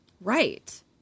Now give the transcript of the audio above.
Right